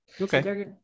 Okay